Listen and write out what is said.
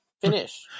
Finish